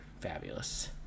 fabulous